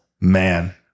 man